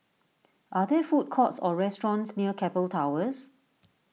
are there food courts or restaurants near Keppel Towers